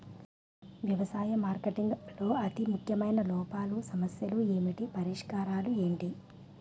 వ్యవసాయ మార్కెటింగ్ లో అతి ముఖ్యమైన లోపాలు సమస్యలు ఏమిటి పరిష్కారాలు ఏంటి?